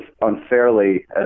unfairly